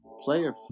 player